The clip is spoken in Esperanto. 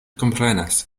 komprenas